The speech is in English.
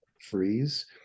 Freeze